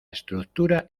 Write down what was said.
estructura